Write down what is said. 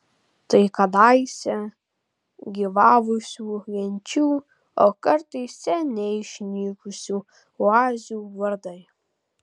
tai kadaise gyvavusių genčių o kartais seniai išnykusių oazių vardai